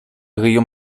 ryją